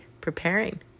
preparing